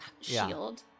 shield